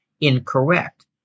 incorrect